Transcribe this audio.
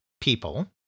people